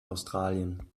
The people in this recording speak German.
australien